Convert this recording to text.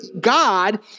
God